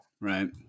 Right